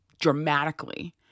dramatically